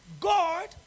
God